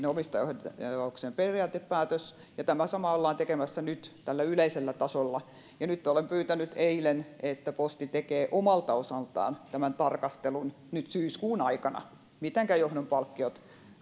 omistajaohjauksen periaatepäätös ja tämä sama ollaan tekemässä nyt tällä yleisellä tasolla olen pyytänyt eilen että posti tekee omalta osaltaan tämän tarkastelun nyt syyskuun aikana siitä mitenkä johdon palkkiot